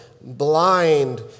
blind